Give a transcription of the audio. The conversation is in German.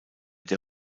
der